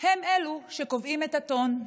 הם אלו שקובעים את הטון.